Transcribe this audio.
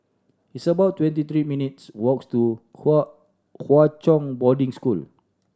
it's about twenty three minutes' walk to Hwa Hwa Chong Boarding School